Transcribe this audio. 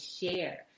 share